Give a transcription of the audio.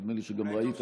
אולי טוב שכך.